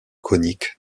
conique